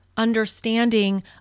understanding